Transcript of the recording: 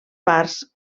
parts